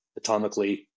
atomically